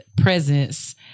presence